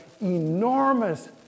enormous